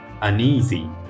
uneasy